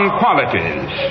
qualities